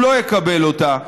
הוא לא יקבל אותה.